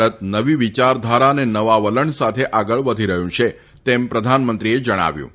ભારત નવી વિચારધારા અને નવા વલણ સાથે આગળ વધી રહ્યું છે તેમ પ્રધાનમંત્રીએ જણાવ્યું હતું